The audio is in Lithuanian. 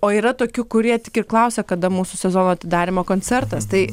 o yra tokių kurie tik ir klausia kada mūsų sezono atidarymo koncertas tai